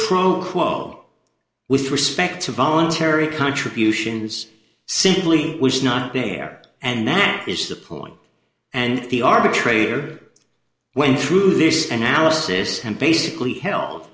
quo with respect to voluntary contributions simply was not there and that is the point and the arbitrator went through this and alice's and basically hel